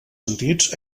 sentits